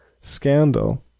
scandal